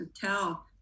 tell